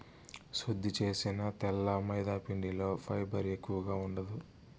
శుద్ది చేసిన తెల్ల మైదాపిండిలో ఫైబర్ ఎక్కువగా ఉండదు